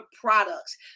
products